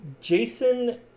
Jason